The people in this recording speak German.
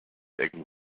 ecken